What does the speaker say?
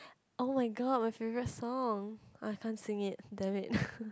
oh-my-god my favourite song I can't sing it damn it